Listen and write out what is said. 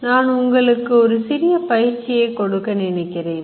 நான் உங்களுக்கு ஒரு சிறிய பயிற்சியை கொடுக்க நினைக்கிறேன்